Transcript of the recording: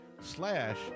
slash